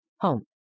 home